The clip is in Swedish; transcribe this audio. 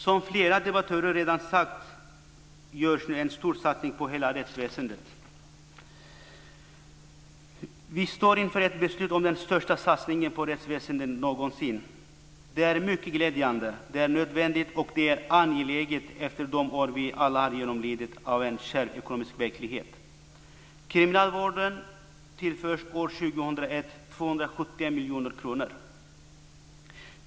Som flera debattörer redan sagt görs nu en stor satsning på hela rättsväsendet. Vi står inför ett beslut om den största satsningen på rättsväsendet någonsin. Det är mycket glädjande, det är nödvändigt och det är angeläget efter de år vi alla har genomlidit av en kärv ekonomisk verklighet. 2001.